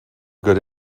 good